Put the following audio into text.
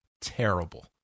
terrible